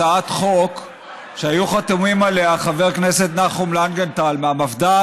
הצעת חוק שהיו חתומים עליה חבר הכנסת נחום לנגנטל מהמפד"ל,